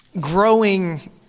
growing